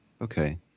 Okay